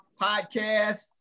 Podcast